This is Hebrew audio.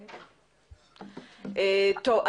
טוב,